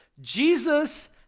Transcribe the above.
Jesus